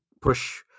push